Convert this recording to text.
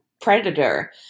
predator